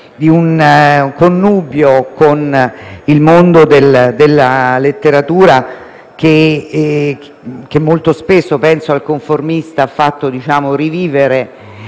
un connubio con il mondo della letteratura che molto spesso - penso a «Il conformista» - ha fatto rivivere,